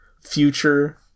future